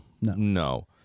no